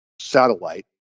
satellite